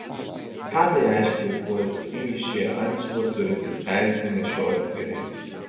ką tai reiškia ir kuo ypatingi šį antsiuvą turintys teisę nešioti kariai